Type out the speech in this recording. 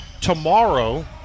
tomorrow